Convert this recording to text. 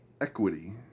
equity